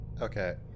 Okay